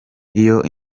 iyo